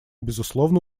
безусловно